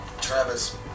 Travis